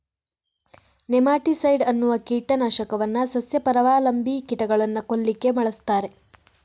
nematicide ಅನ್ನುವ ಕೀಟ ನಾಶಕವನ್ನ ಸಸ್ಯ ಪರಾವಲಂಬಿ ಕೀಟಗಳನ್ನ ಕೊಲ್ಲಿಕ್ಕೆ ಬಳಸ್ತಾರೆ